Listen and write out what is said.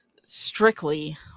strictly